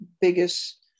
biggest